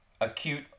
Acute